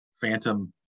phantom